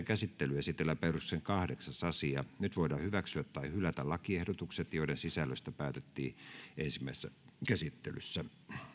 käsittelyyn esitellään päiväjärjestyksen kahdeksas asia nyt voidaan hyväksyä tai hylätä lakiehdotukset joiden sisällöstä päätettiin ensimmäisessä käsittelyssä